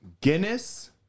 Guinness